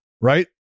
right